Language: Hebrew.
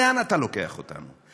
לאן אתה לוקח אותנו?